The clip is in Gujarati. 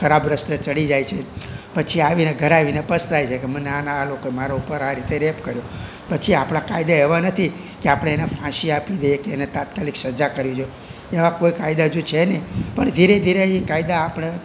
ખરાબ રસ્તે ચડી જાય છે પછી આવીને ઘરે આવીને પસ્તાય છે કે મને આના આ લોકોએ મારા ઉપર આ રીતે રેપ કર્યો પછી આપણા કાયદા એવા નથી કે આપણે એના ફાંસી આપી દઈએ કે એને તાત્કાલિક સજા કરવી જોઈએ એવા કોઈ કાયદા હજુ છે નહીં પણ ધીરે ધીરે કાયદા આપણે